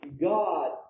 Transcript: God